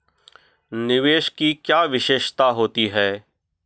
निवेश की क्या विशेषता होती है?